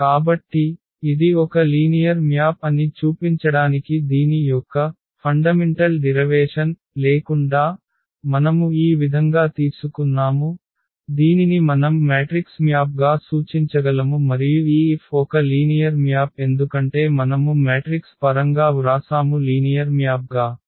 కాబట్టి ఇది ఒక లీనియర్ మ్యాప్ అని చూపించడానికి దీని యొక్క ప్రాథమిక ఉత్పన్నం లేకుండా మనము ఈ విధంగా తీసుకున్నాము దీనిని మనం మ్యాట్రిక్స్ మ్యాప్ గా సూచించగలము మరియు ఈ F ఒక లీనియర్ మ్యాప్ ఎందుకంటే మనము మ్యాట్రిక్స్ పరంగా వ్రాసాము లీనియర్ మ్యాప్ గా